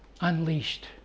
unleashed